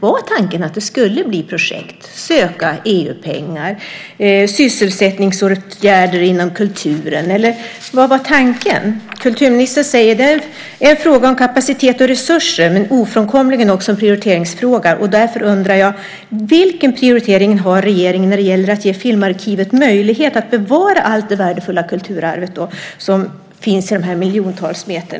Var tanken att det skulle bli projekt, att söka EU-pengar, att det skulle bli sysselsättningsåtgärder inom kulturen? Kulturministern säger att det är "en fråga om kapacitet och resurser, men ofrånkomligen också en prioriteringsfråga". Därför undrar jag: Vilken prioritering har regeringen när det gäller att ge Filmarkivet möjlighet att bevara hela det värdefulla kulturarv som finns i dessa miljontals meter?